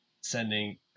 sending